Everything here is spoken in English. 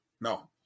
No